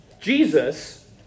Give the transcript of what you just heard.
Jesus